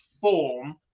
form